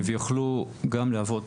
ויוכלו גם להוות